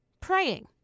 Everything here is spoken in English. Praying